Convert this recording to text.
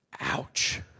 Ouch